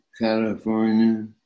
California